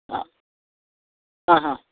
ಹಾಂ ಹಾಂ ಹಾಂ